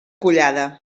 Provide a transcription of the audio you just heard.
collada